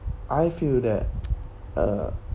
I feel that uh